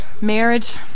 marriage